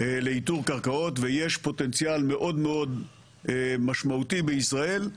לאיתור קרקעות ויש פוטנציאל מאוד מאוד משמעותי בישראל.